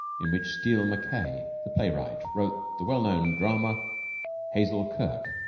in which steele mackaye the playwright wrote the well known drama hazel kirke.